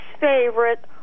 favorite